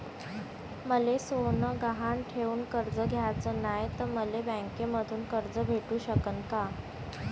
मले सोनं गहान ठेवून कर्ज घ्याचं नाय, त मले बँकेमधून कर्ज भेटू शकन का?